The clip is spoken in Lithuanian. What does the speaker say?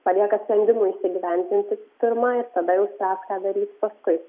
palieka sprendimui įsigyvendinti pirma ir tada jau spręs ką daryt paskui